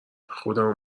خودمو